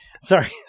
sorry